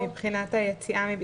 כן.